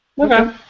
Okay